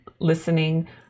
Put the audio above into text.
listening